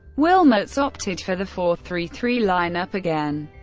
wilmots opted for the four three three line-up again,